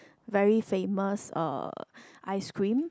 very famous uh ice cream